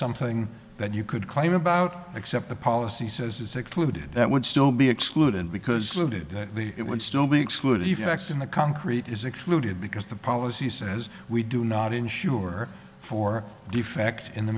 something that you could claim about except the policy says is excluded that would still be excluded because the did it would still be excluded effects in the concrete is excluded because the policy says we do not insure for defect in the